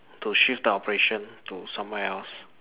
to shift the operation to somewhere else